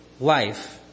life